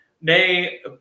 Nay